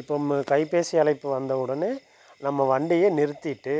இப்போது கைப்பேசி அழைப்பு வந்தவுடனே நம்ம வண்டியை நிறுத்திவிட்டு